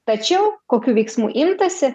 tačiau kokių veiksmų imtasi